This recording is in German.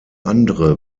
andere